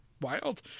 Wild